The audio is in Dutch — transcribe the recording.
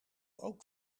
ook